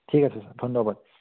ঠিক আছে ধন্যবাদ